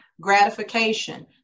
gratification